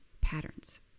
patterns